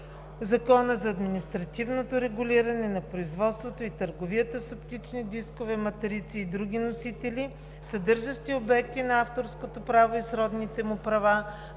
Закона за административното регулиране на производството и търговията с оптични дискове, матрици и други носители, съдържащи обекти на авторското право и сродните му права,